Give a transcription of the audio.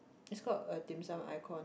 it's called a dimsum icon